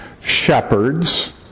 shepherds